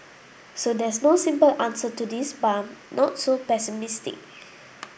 so there's no simple answer to this but I'm not so pessimistic